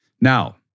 Now